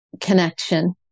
connection